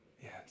Yes